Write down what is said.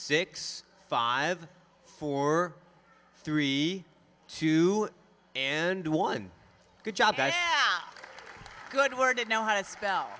six five four three two and one good job a good word to know how to spell